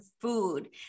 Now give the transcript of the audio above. food